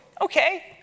okay